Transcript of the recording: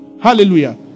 Hallelujah